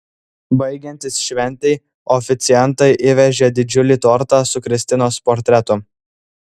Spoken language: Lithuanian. baigiantis šventei oficiantai įvežė didžiulį tortą su kristinos portretu